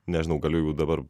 nežinau gal jeigu dabar